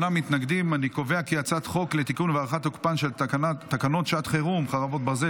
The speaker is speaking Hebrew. חוק לתיקון ולהארכת תוקפן של תקנות שעת חירום (חרבות ברזל)